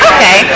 Okay